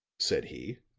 said he,